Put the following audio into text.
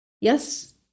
yes